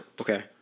Okay